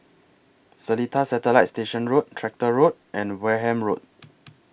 Seletar Satellite Station Road Tractor Road and Wareham Road